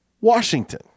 Washington